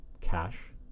cash